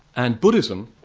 and buddhism,